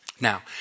Now